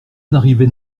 n’arrivait